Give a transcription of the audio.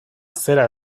zera